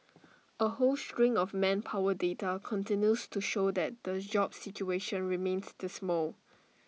A whole string of manpower data continues to show that the jobs situation remains dismal